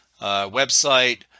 website